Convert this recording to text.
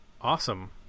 awesome